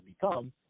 become